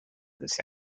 this